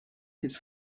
his